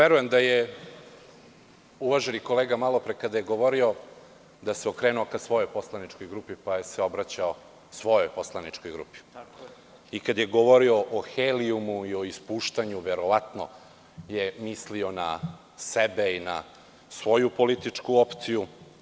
Verujem da je uvaženi kolega malopre kada je govorio, da se okrenuo ka svojoj poslaničkoj grupi, pa se obraćao svojoj poslaničkoj grupi i kada je govorio o helijumu i o ispuštanju, verovatno je mislio na sebe i svoju političku opciju.